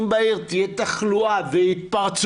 אם בעיר תהיה תחלואה והתפרצות,